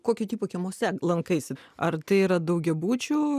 kokių tipų kiemuose lankaisi ar tai yra daugiabučių